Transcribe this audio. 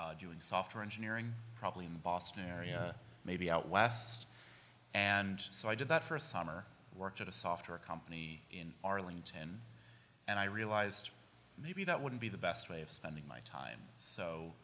doing software engineering probably in the boston area maybe out west and so i did that first summer work at a software company in arlington and i realized maybe that wouldn't be the best way of spending my time so